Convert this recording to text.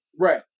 Right